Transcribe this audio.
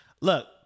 Look